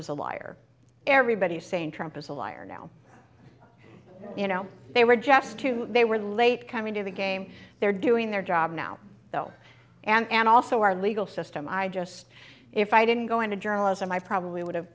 is a liar everybody is saying trump is a liar now you know they were jets too they were late coming to the game they're doing their job now though and and also our legal system i just if i didn't go into journalism i probably would